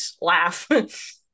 laugh